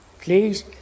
Please